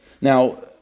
Now